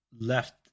left